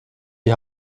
die